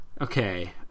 Okay